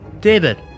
David